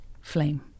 flame